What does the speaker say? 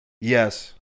Yes